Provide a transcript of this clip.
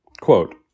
Quote